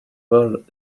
world